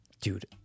dude